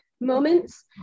moments